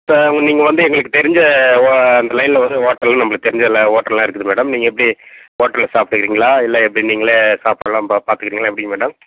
இப்போ உங்க நீங்கள் வந்து எங்களுக்கு தெரிஞ்ச ஓ அந்த லைனில் வர ஹோட்டல் நம்மளுக்கு தெரிஞ்ச எல்லா ஹோட்டல்லாம் இருக்குது மேடம் நீங்கள் எப்படி ஹோட்டலில் சாப்பிட்டுக்கிறீங்களா இல்லை எப்படி நீங்களே சாப்பாடுலாம் பா பார்த்துக்கிறீங்களா எப்படிங்க மேடம்